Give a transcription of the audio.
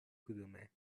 کدومه